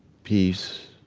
peace,